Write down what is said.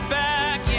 back